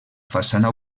façana